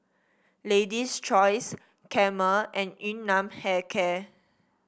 Lady's Choice Camel and Yun Nam Hair Care